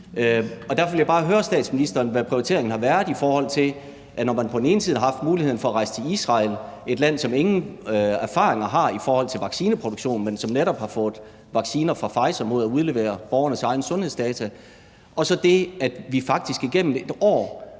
derfor vil jeg bare høre statsministeren om, hvad prioriteringen har været. Man har på den ene side haft muligheden for at rejse til Israel – et land, som ingen erfaringer har med vaccineproduktion, men netop har fået vacciner fra Pfizer mod at udlevere borgernes egne sundhedsdata – og så har vi på den anden side faktisk igennem et år